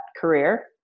career